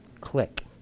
Click